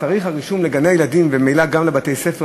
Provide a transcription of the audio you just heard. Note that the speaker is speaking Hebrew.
וממילא גם לבתי-הספר,